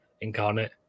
incarnate